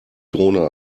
drohne